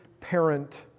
parent